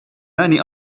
many